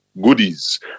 goodies